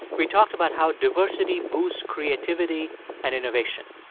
we talked about how diversity boosts creativity and innovation.